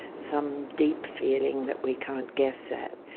some deep feeling that we can't guess at.